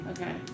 Okay